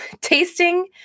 tasting